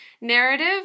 narrative